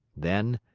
then,